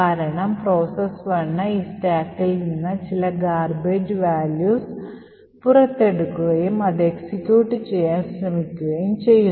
കാരണം പ്രോസസ് "1" ഈ സ്റ്റാക്കിൽ നിന്ന് ചില garbage values പുറത്തെടുക്കുകയും അത് എക്സിക്യൂട്ട് ചെയ്യാൻ ശ്രമിക്കുകയും ചെയ്യുന്നു